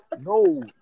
no